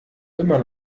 immer